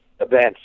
events